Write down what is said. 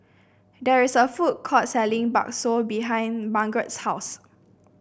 there is a food court selling bakso behind Margeret's house